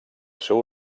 seu